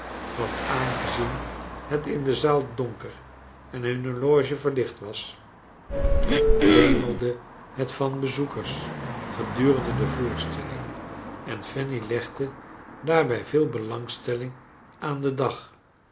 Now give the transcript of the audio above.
want aangezien het in de zaal donker en hunne loge verlicht was wemelde het van bezoekers gedurende de voorstelling en fanny legde daarbij veel belangstelling aan den dag